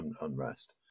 unrest